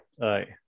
Right